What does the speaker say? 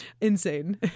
Insane